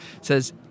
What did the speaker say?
says